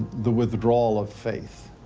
the withdrawal of faith.